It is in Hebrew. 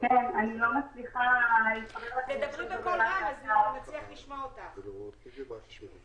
הם מסתובבים ואז צריך לארגן להם